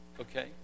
Okay